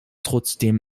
trotzdem